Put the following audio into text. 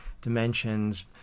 dimensions